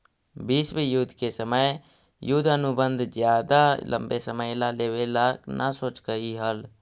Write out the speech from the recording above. विश्व युद्ध के समय युद्ध अनुबंध ज्यादा लंबे समय ला लेवे ला न सोचकई हल